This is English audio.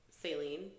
saline